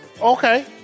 Okay